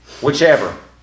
whichever